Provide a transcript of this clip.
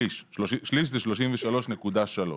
שליש זה 33.3,